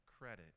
credit